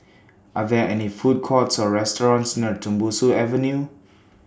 Are There any Food Courts Or restaurants near Tembusu Avenue